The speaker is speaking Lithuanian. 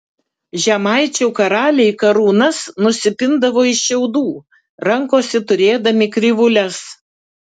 žemaičių karaliai karūnas nusipindavo iš šiaudų rankose turėdavo krivūles